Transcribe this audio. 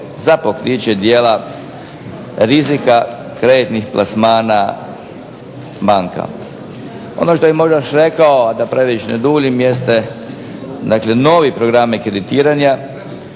za pokriće i djela rizika kreditnih plasmana bankama. Ono što bi možda još rekao, a da previše ne duljem jeste dakle novi programi kreditiranja